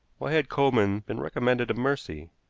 why had coleman been recommended to mercy?